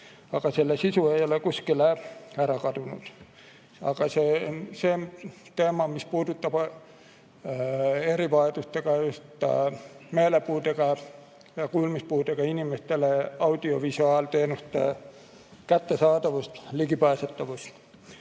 aga selle sisu ei ole kuskile ära kadunud. See teema, mis puudutab erivajadustega, just meelepuudega, kuulmispuudega inimestele audiovisuaalteenuste kättesaadavust, ligipääsetavust